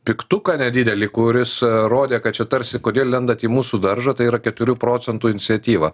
pyktuką nedidelį kuris rodė kad čia tarsi kodėl lendat į mūsų daržą tai yra keturių procentų iniciatyva